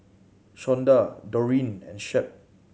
Shonda Doreen and Shep